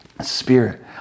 spirit